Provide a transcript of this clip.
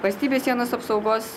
valstybės sienos apsaugos